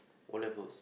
O-levels